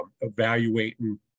evaluating